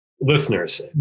listeners